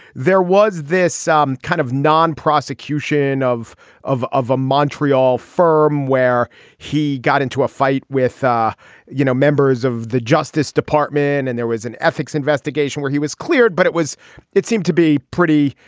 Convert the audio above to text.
there was this um kind of non prosecution of of of a montreal firm where he got into a fight with ah you know members of the justice department and there was an ethics investigation where he was cleared but it was it seemed to be pretty.